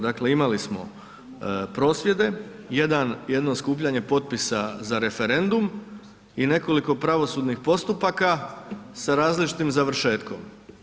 Dakle, imali smo prosvjede, jedno skupljanje potpisa za referendum i nekoliko pravosudnih postupaka sa različitim završetkom.